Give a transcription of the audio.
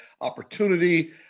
opportunity